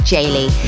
Jaylee